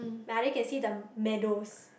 but I only can see the meadows